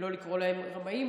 לא לקרוא להם "רמאים",